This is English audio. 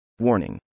Warning